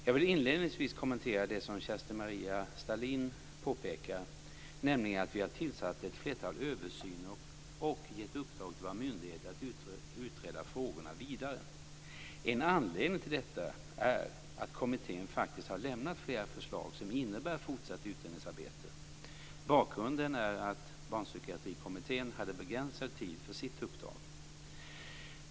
Jag vill inledningsvis kommentera det som Kerstin-Maria Stalin påpekar, nämligen att vi har tillsatt ett flertal översyner och gett uppdrag till våra myndigheter att utreda frågorna vidare. En anledning till detta är att kommittén faktiskt har lämnat flera förslag som innebär fortsatt utredningsarbete. Bakgrunden är att Barnpsykiatrikommittén hade begränsad tid för sitt uppdrag.